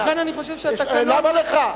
ולכן אני חושב שהתקנון, למה לך?